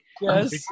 Yes